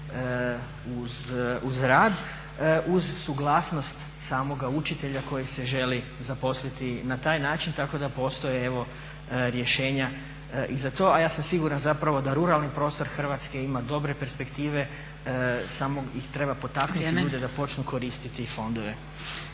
uz rad uz suglasnost samoga učitelja kojeg se želi zaposliti i na taj način, tako da postoje evo rješenja i za to, a ja sam siguran zapravo da ruralni prostor Hrvatske ima dobre perspektive samo ih treba potaknuti ljude da počnu koristiti fondove.